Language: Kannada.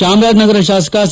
ಚಾಮರಾಜನಗರ ಶಾಸಕ ಸಿ